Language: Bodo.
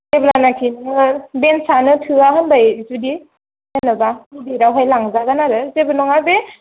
जेब्लानाखि नोङो बेन्सा नो थोआ होनबाय जुदि जेनबा गिदिरावहाय लांजागोन आरो जेबो नङा बे